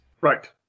right